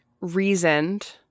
Reasoned